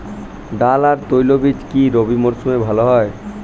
ডাল আর তৈলবীজ কি রবি মরশুমে ভালো হয়?